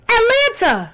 Atlanta